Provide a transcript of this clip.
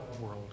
world